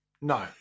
No